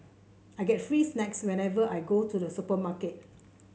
I get free snacks whenever I go to the supermarket